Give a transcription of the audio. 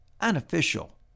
unofficial